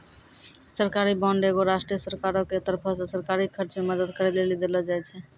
सरकारी बांड एगो राष्ट्रीय सरकारो के तरफो से सरकारी खर्च मे मदद करै लेली देलो जाय छै